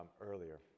earlier